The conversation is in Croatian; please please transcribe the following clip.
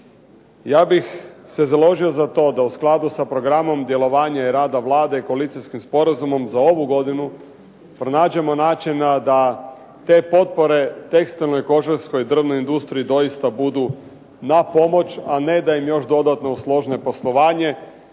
Ja bih se založio za to da u skladu sa programom djelovanja i rada Vlade, koalicijskim sporazumom za ovu godinu pronađemo načina da te potpore tekstilnoj, kožarskoj i drvnoj industriji doista budu na pomoć, a ne da im još dodatno … poslovanje,